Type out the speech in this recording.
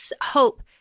hope